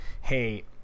hey